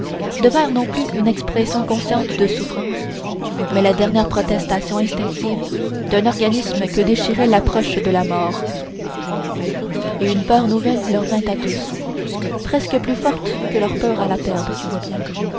devinrent non plus une expression consciente de souffrance mais la dernière protestation instinctive d'un organisme que déchirait l'approche de la mort et une peur nouvelle leur vint à tous presque plus forte que leur peur de la perdre